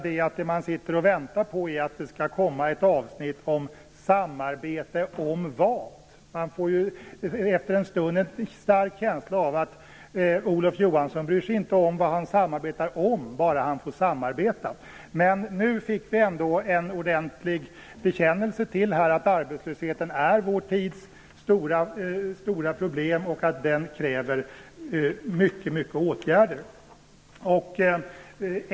Men man väntar på att det skall komma ett avsnitt om vad samarbetet handlar om. Man får efter en stund en stark känsla av att Olof Johansson inte bryr sig om vad han samarbetar om bara han får samarbeta. Nu fick vi emellertid ändå en ordentlig bekännelse om att arbetslösheten är vår tids stora problem och att det krävs många åtgärder.